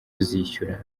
kuzishyura